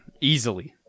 easily